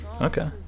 Okay